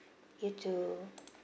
you too